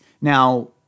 Now